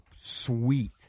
sweet